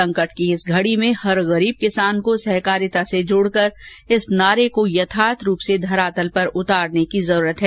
संकट की इस घड़ी में हर गरीब किसान को सहकारिता से जोड़कर इस नारे को यथार्थ रूप से धरातल पर उतारने की जरूरत है